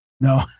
No